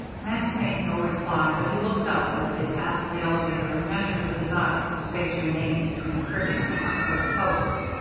max made no reply, but he looked up as they passed the elevator and measured with his eyes the space remaining between the cribbing and the tops of the posts.